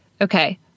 Okay